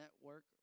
Network